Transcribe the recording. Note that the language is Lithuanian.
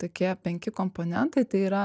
tokie penki komponentai tai yra